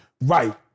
Right